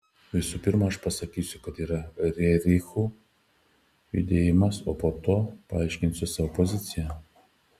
visų pirma aš pasakysiu kas yra rerichų judėjimas o po to paaiškinsiu savo poziciją